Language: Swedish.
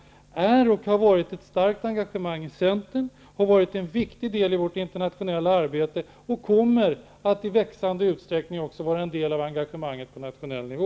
Frågan har utgjort en viktig del i vårt internationella arbete och kommer i växande utsträckning att utgöra en del av engagemanget på nationell nivå.